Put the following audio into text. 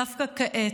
דווקא כעת,